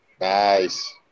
Nice